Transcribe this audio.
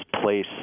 place